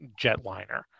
jetliner